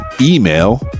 email